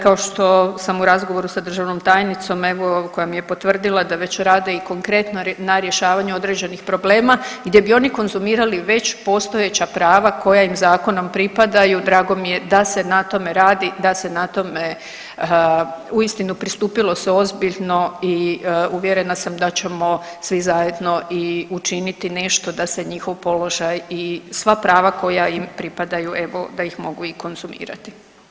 Kao što sam u razgovoru sa državnom tajnicom evo koja mi je potvrdila da već rade i konkretno na rješavanju određenih problema gdje bi oni konzumirali već postojeća prava koja im zakonom pripadaju, drago mi je da se na tome radi, da se na tome, uistinu pristupilo se ozbiljno i uvjerena sam da ćemo svi zajedno i učiniti nešto da se njihov položaj i sva prava koja im pripadaju evo da ih mogu i konzumirati.